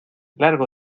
largo